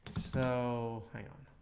so